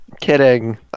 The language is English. Kidding